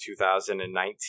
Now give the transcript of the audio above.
2019